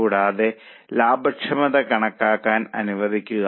കൂടാതെ ആദ്യത്തേത് നമ്മൾ തീരുമാനിക്കണം